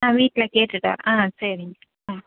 நான் வீட்டில் கேட்டுவிட்டேன் ஆ சரிங்க ம்